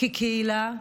כקהילה וכמדינה.